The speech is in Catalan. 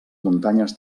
muntanyes